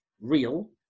Real